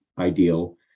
ideal